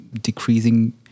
decreasing